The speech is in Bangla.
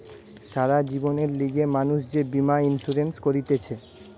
সারা জীবনের লিগে মানুষ যে বীমা ইন্সুরেন্স করতিছে